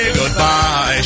goodbye